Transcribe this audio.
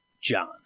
John